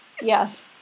Yes